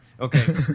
Okay